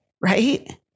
Right